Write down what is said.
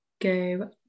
go